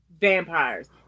vampires